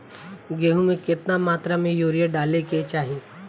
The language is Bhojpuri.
गेहूँ में केतना मात्रा में यूरिया डाले के चाही?